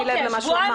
שימי לב למה שהוא אמר.